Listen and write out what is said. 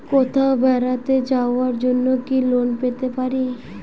কোথাও বেড়াতে যাওয়ার জন্য কি লোন পেতে পারি?